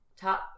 top